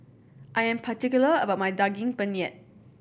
I am particular about my Daging Penyet